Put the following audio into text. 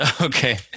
Okay